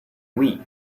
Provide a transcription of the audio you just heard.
wii